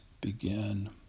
begin